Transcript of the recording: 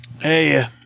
Hey